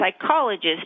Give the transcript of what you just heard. psychologist